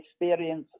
experience